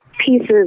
pieces